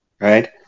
Right